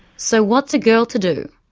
so what's a girl to do?